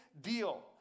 deal